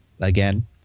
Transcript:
Again